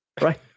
right